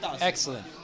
excellent